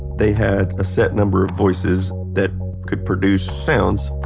they had a set number of voices that could produce sounds.